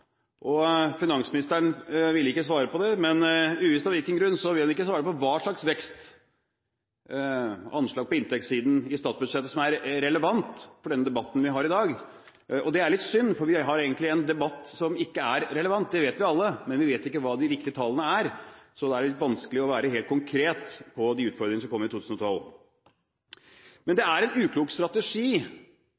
ikke finansministeren svare på hva slags vekstanslag på inntektssiden i statsbudsjettet som er relevant for den debatten vi har i dag. Det er litt synd, for vi har egentlig en debatt som ikke er relevant – det vet vi alle, men vi vet ikke hva de riktige tallene er, så da er det litt vanskelig å være helt konkret på de utfordringene som kommer i 2012. Det